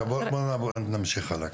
בואו נעבור הלאה.